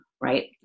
Right